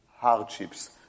hardships